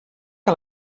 que